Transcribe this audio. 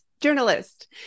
journalist